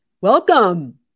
Welcome